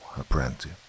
apprentice